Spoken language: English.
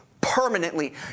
permanently